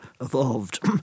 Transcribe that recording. Evolved